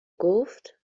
گفت